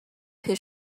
his